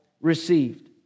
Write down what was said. received